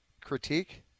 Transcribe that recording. critique